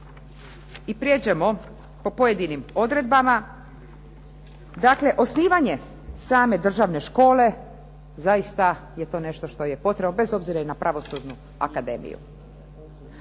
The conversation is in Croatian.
i prijeđemo po pojedinim odredbama, dakle osnivanje same državne škole zaista je to nešto što je potrebno bez obzira i na Pravosudnu akademiju.